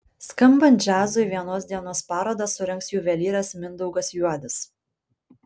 skambant džiazui vienos dienos parodą surengs juvelyras mindaugas juodis